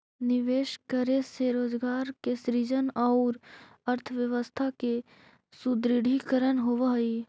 निवेश करे से रोजगार के सृजन औउर अर्थव्यवस्था के सुदृढ़ीकरण होवऽ हई